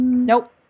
Nope